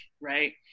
right